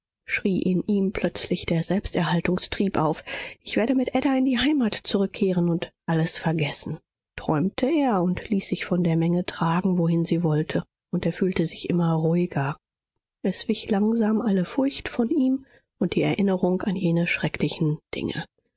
schrie in ihm plötzlich der selbsterhaltungstrieb auf ich werde mit ada in die heimat zurückkehren und alles vergessen träumte er und ließ sich von der menge tragen wohin sie wollte und er fühlte sich immer ruhiger es wich langsam alle furcht von ihm und die erinnerung an jene schrecklichen dinge